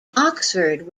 oxford